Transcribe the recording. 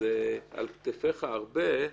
אז על כתפיך הרבה,